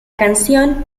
canción